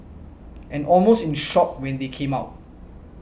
and almost in shock when they came out